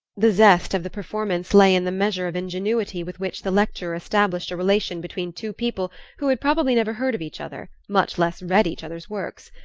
the zest of the performance lay in the measure of ingenuity with which the lecturer established a relation between two people who had probably never heard of each other, much less read each other's works.